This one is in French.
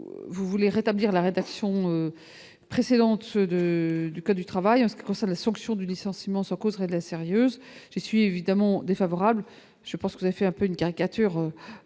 vous voulez rétablir la rédaction précédente 2 du code du travail, en ce qui concerne la sanction du licenciement, ça causerait la sérieuse, je suis évidemment défavorable, je pense que ça fait un peu une caricature